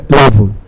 level